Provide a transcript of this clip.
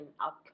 up